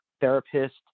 therapist